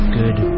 good